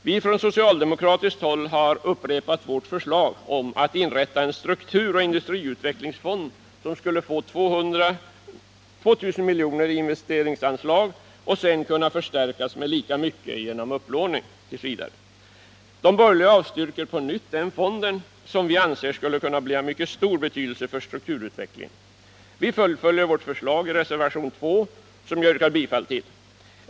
Vi har från socialdemokratiskt håll upprepat vårt förslag om att inrätta en strukturoch industriutvecklingsfond, som skulle få 2000 miljoner i investeringsanslag och sedan kunna förstärka sina utlåningsmöjligheter med ytterligare 2 000 miljoner t. v. genom upplåning. De borgerliga avstyrker på nytt denna fond, som vi anser skulle kunna bli av mycket stor betydelse för strukturutvecklingen. Vi fullföljer vårt förslag i reservation 2, som jag yrkar bifall till.